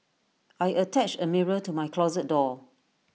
I attached A mirror to my closet door